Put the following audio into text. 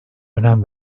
önem